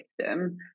system